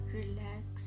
relax